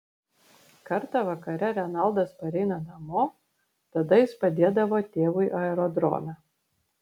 kartą vakare renaldas pareina namo tada jis padėdavo tėvui aerodrome